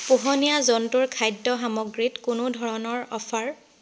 পোহনীয়া জন্তুৰ খাদ্য সামগ্ৰীত কোনো ধৰণৰ অ'ফাৰ